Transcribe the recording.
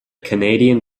canadian